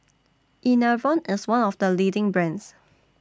Enervon IS one of The leading brands